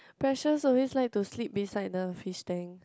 Precious always like to sleep beside the fish tank